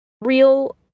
real